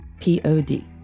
Pod